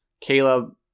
Caleb